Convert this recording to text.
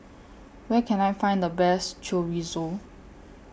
Where Can I Find The Best Chorizo